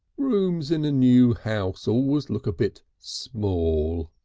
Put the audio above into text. rooms in a new house always look a bit small,